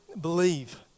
believe